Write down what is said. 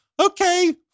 Okay